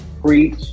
preach